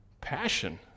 Passion